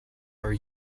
are